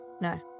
No